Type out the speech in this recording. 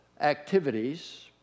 activities